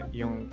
yung